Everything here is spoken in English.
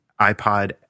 iPod